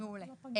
מעולה.